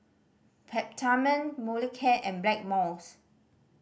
Peptamen Molicare and Blackmores